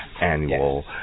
annual